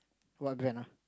what brand ah